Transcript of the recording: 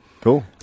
cool